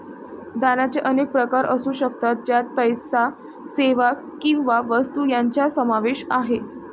दानाचे अनेक प्रकार असू शकतात, ज्यात पैसा, सेवा किंवा वस्तू यांचा समावेश आहे